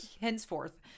Henceforth